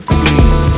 please